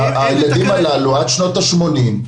הילדים הללו, עד שנות ה-80,